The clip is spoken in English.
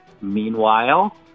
Meanwhile